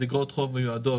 אז איגרות חוב מיועדות,